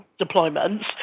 deployments